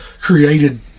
Created